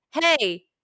hey